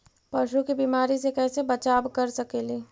पशु के बीमारी से कैसे बचाब कर सेकेली?